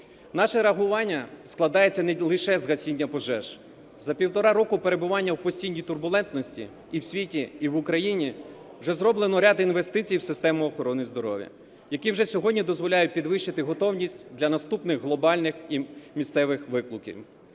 Наше реагування складається не лише з гасіння пожеж, за півтора року перебування у постійній турбулентності і в світі, і в Україні вже зроблено ряд інвестицій в систему охорони здоров'я, які вже сьогодні дозволяють підвищити готовність для наступних глобальних і місцевих викликів.